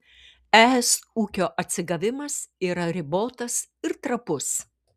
es ūkio atsigavimas yra ribotas ir trapus